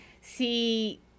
si